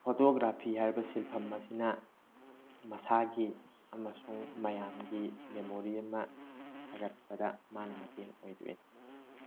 photography ꯍꯥꯏꯕ ꯁꯤꯟꯐꯝ ꯑꯁꯤꯅ ꯃꯁꯥꯒꯤ ꯑꯃꯁꯨꯡ ꯃꯌꯥꯝꯒꯤ ꯃꯦꯃꯣꯔꯤ ꯑꯃ ꯁꯥꯒꯠꯄꯗ ꯃꯥꯅ ꯃꯇꯦꯡ ꯑꯣꯏꯗꯣꯏꯅꯤ